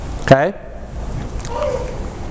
okay